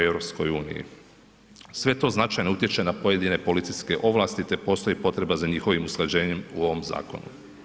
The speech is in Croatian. Sve to značajno utječe na pojedine policijske ovlasti te postoji potreba za njihovim usklađenjem u ovom zakonu.